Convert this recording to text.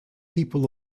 people